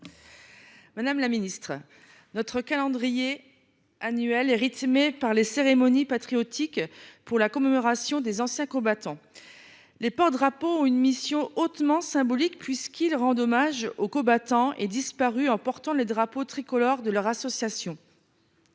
des armées. Notre calendrier annuel est rythmé par les cérémonies patriotiques permettant de commémorer les anciens combattants. Les porte drapeaux ont une mission hautement symbolique, puisqu’ils rendent hommage aux combattants et disparus en portant le drapeau tricolore de leur association.